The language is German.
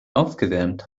aufgewärmt